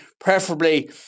preferably